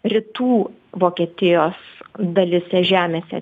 rytų vokietijos dalyse žemėse